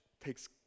takes